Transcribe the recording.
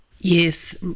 Yes